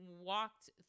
walked